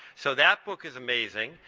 so that book is amazing.